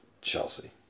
Chelsea